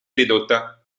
ridotta